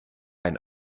ein